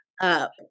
up